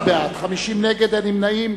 12 בעד, 50 נגד, אין נמנעים.